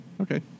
Okay